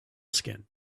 skin